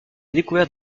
découverte